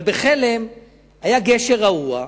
בחלם היה גשר רעוע,